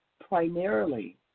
primarily